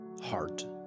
heart